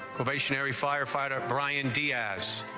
of a sheriff firefighter brian diaz